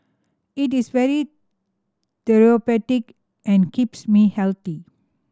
it is very therapeutic and keeps me healthy